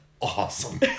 awesome